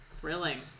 Thrilling